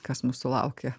kas mūsų laukia